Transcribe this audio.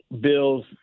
bills